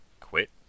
quit